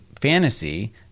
fantasy